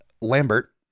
Lambert